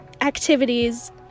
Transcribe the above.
activities